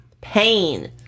pain